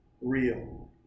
real